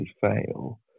fail